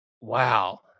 wow